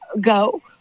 go